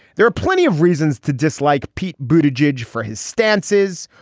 there are plenty of reasons to dislike pete bhuta jej for his stances,